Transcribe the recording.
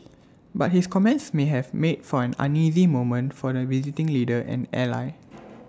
but his comments may have made for an uneasy moment for the visiting leader and ally